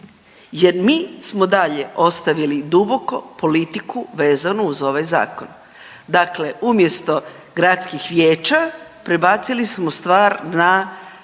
jer mi smo dalje ostavili duboku politiku vezanu uz ovaj zakon. Dakle, umjesto gradskih vijeća prebacili smo stvar na